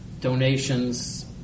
donations